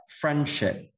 friendship